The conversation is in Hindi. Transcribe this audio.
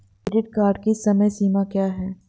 क्रेडिट कार्ड की समय सीमा क्या है?